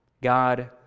God